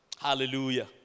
Hallelujah